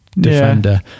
defender